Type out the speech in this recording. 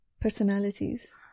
Personalities